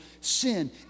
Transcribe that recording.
sin